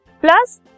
plus